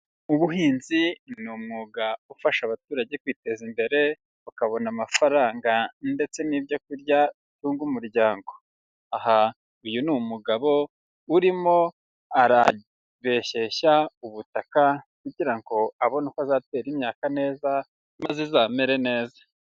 Ubuhinzi ni umwuga ufasha abaturage kwiteza imbere, bakabona amafaranga ndetse n'ibyo kurya bitunga umuryango, aha uyu ni umugabo urimo arareshyeshya ubutaka kugira ngo abone uko azatera imyaka neza maze izamere neza.